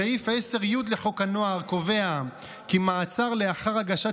סעיף 10(י) לחוק הנוער קובע כי מעצר לאחר הגשת